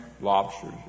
lobsters